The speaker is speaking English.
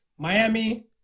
Miami